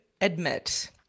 admit